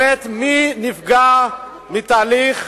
מי באמת נפגע בתהליך